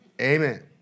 Amen